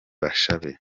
bashabe